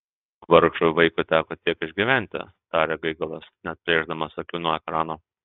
vargšui vaikui teko tiek išgyventi tarė gaigalas neatplėšdamas akių nuo ekrano